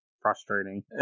Frustrating